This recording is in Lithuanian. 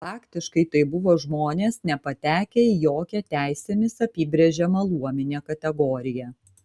faktiškai tai buvo žmonės nepatekę į jokią teisėmis apibrėžiamą luominę kategoriją